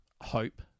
hope